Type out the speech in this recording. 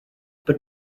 but